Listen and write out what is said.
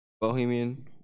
Bohemian